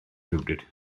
rhywbryd